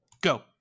go